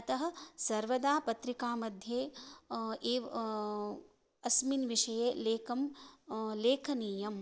अतः सर्वदा पत्रिकामध्ये एव अस्मिन् विषये लेखं लेखनीयम्